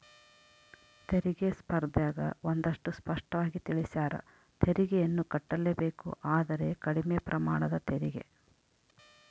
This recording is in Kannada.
ತೆರಿಗೆ ಸ್ಪರ್ದ್ಯಗ ಒಂದಷ್ಟು ಸ್ಪಷ್ಟವಾಗಿ ತಿಳಿಸ್ಯಾರ, ತೆರಿಗೆಯನ್ನು ಕಟ್ಟಲೇಬೇಕು ಆದರೆ ಕಡಿಮೆ ಪ್ರಮಾಣದ ತೆರಿಗೆ